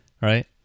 right